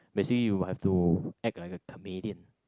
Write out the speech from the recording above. basically you have to act like a comedian